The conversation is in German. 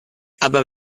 aber